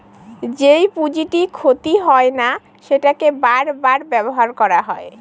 যেই পুঁজিটি ক্ষতি হয় না সেটাকে বার বার ব্যবহার করা হয়